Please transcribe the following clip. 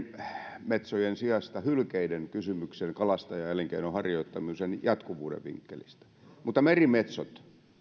merimetsojen sijasta hylkeiden kysymyksen kalastajaelinkeinon harjoittamisen jatkuvuuden vinkkelistä mutta merimetsot